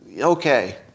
okay